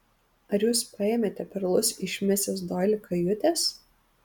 ar jūs paėmėte perlus iš misis doili kajutės